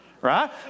Right